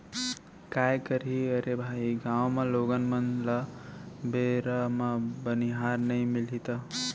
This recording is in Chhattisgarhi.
काय करही अरे भाई गॉंव म लोगन मन ल बेरा म बनिहार नइ मिलही त